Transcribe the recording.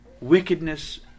wickedness